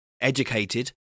educated